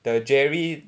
the jerry